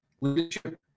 leadership